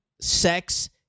sex